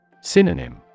Synonym